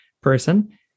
person